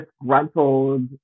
disgruntled